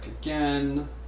again